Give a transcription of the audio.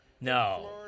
No